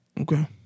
Okay